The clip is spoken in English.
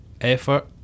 effort